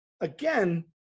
again